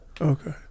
Okay